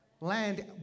Land